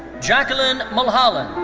jacquelyn mulholland.